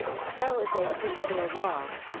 so if they persevere long,